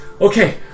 Okay